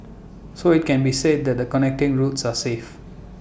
so IT can be said that the connecting routes are safe